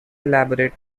elaborate